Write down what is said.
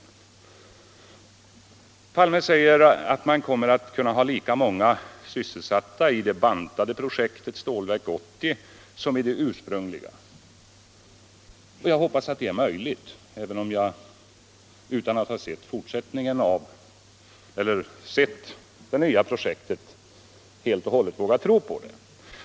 Herr Palme säger att man kommer att kunna ha lika många sysselsatta i det bantade projektet Stålverk 80 som i det ursprungliga. Jag hoppas att det är möjligt, även om jag utan att ha sett det nya projektet inte helt och hållet vågar tro på det.